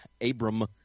Abram